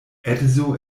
edzo